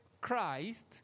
Christ